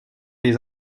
les